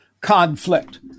conflict